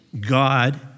God